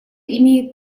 имеет